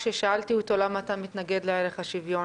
כששאלתי אותו: למה אתה מתנגד לערך השוויון?